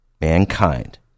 mankind